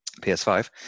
PS5